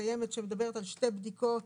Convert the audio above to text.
קיימת שמדברת על שתי בדיקות